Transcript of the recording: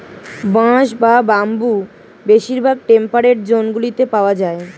বাঁশ বা বাম্বু বেশিরভাগ টেম্পারেট জোনগুলিতে পাওয়া যায়